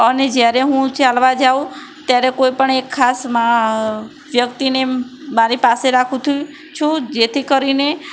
અને જ્યારે હું ચાલવા જાઉં ત્યારે કોઈપણ એક ખાસમાં વ્યક્તિને મારી પાસે રાખું છું જેથી કરીને